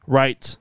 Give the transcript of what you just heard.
right